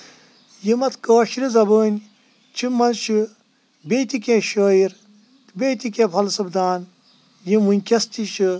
یِم اَتھ کٲشِر زبٲنۍ چھِ منٛز چھِ بیٚیہِ تہِ کیٚنٛہہ شٲیر بیٚیہِ تہِ کیٚنٛہہ فلصفہ دان یِم وٕنٛۍکیٚس تہِ چھِ